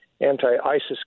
anti-ISIS